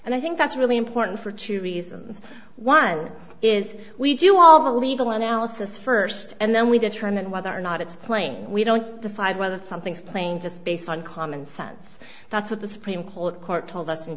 and i think that's really important for two reasons one is we do all the legal analysis first and then we determine whether or not it's playing we don't decide whether something's playing just based on common sense that's what the supreme court told us